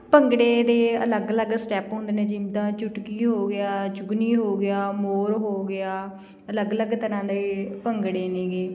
ਭੰਗੜੇ ਦੇ ਅਲੱਗ ਅਲੱਗ ਸਟੈਪ ਹੁੰਦੇ ਨੇ ਜਿੱਦਾਂ ਚੁਟਕੀ ਹੋ ਗਿਆ ਜੁਗਨੀ ਹੋ ਗਿਆ ਮੋਰ ਹੋ ਗਿਆ ਅਲੱਗ ਅਲੱਗ ਤਰ੍ਹਾਂ ਦੇ ਭੰਗੜੇ ਨੇਗੇ